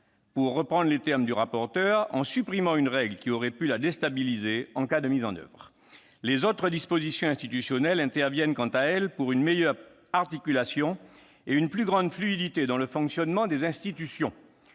pour reprendre les termes du rapporteur, par la suppression d'une règle qui aurait pu la déstabiliser en cas de mise en oeuvre. Les autres dispositions institutionnelles visent, quant à elles, à une meilleure articulation et une plus grande fluidité dans le fonctionnement des institutions.